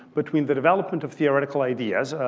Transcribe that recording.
between the development of theoretical ideas.